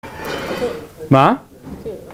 מה?